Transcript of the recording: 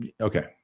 okay